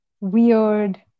weird